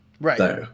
Right